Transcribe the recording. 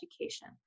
education